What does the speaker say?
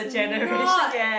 not